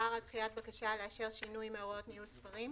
ערר על דחייה של הבקשה שלו לאשר שינוי מהוראות ניהול ספרים.